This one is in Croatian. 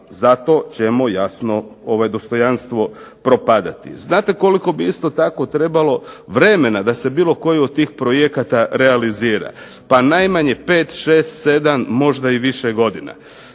zato ćemo jasno dostojanstvo propadati. Znate koliko bi isto tako trebalo vremena da se bilo koji od tih projekata realizira? Pa najmanje pet, šest, sedam možda i više godina.